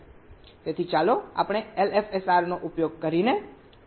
તેથી ચાલો આપણે LFSR નો ઉપયોગ કરીને પેટર્ન ઉત્પન્ન કરવાનું ઉદાહરણ લઈએ